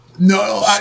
No